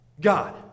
God